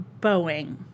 Boeing